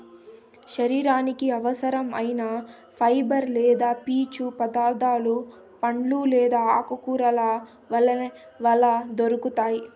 శరీరానికి అవసరం ఐన ఫైబర్ లేదా పీచు పదార్థాలు పండ్లు లేదా ఆకుకూరల వల్ల అందుతాయి